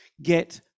Get